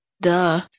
Duh